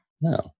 No